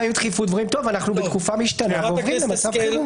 אליפויות אירופה שאמורות להגיע או שאמורים לשלוח לשם.